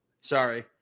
Sorry